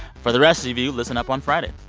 for the rest of you, listen up on friday.